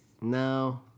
No